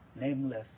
Nameless